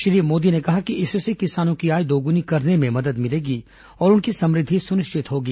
श्री मोदी ने कहा कि इससे किसानों की आय दोगुनी करने में मदद मिलेगी और उनकी समृद्धि सुनिश्चित होगी